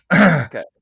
Okay